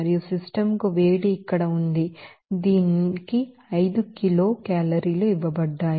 మరియు సిస్టమ్ కు వేడి ఇక్కడ ఉంది దీనికి 5 కిలో కేలరీలు ఇవ్వబడ్డాయి